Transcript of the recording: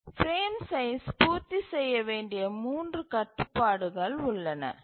frame size பூர்த்தி செய்ய வேண்டிய மூன்று கட்டுப்பாடுகள் உள்ளன